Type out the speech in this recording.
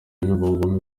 n’umugore